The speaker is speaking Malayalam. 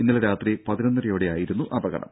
ഇന്നലെ രാത്രി പതിനൊന്നരയോടെയായിരുന്നു അപകടം